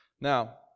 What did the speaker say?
Now